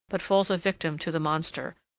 but falls a victim to the monster,